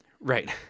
right